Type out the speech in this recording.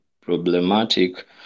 problematic